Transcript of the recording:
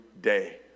day